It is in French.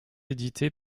édité